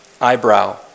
eyebrow